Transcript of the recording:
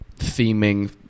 theming